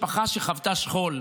משפחה שחוותה שכול,